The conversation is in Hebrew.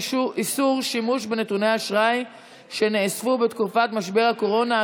איסור שימוש בנתוני אשראי שנאספו בתקופת משבר הקורונה),